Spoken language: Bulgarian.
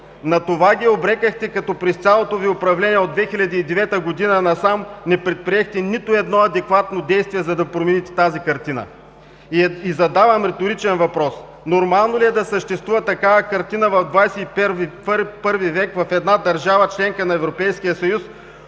На това ги обрекохте, като през цялото Ви управление от 2009 г. насам не предприехте нито едно адекватно действие, за да промените тази картина. Задавам риторичен въпрос: нормално ли е да съществува такава картина в XXI в. в една държава – член на Европейския съюз,